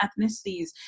ethnicities